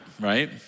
right